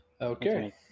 Okay